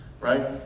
right